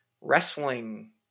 wrestling